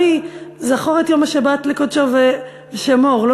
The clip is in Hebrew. "זכור את יום השבת לקדשו" ו"שמור" לא